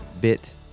bit